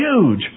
huge